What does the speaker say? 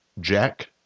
Jack